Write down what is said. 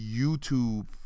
YouTube